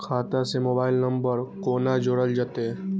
खाता से mobile number कोना जोरल जेते?